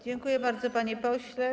Dziękuję bardzo, panie pośle.